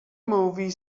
movie